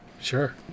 Sure